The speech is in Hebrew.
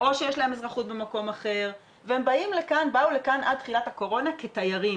או שיש להם אזרחות במקום אחר והם באו לכאן עד תחילת הקורונה כתיירים,